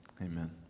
amen